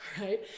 right